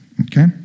okay